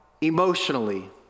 emotionally